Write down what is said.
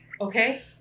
Okay